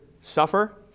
suffer